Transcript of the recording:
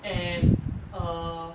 and err